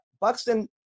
Buxton